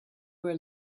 are